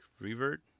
revert